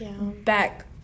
back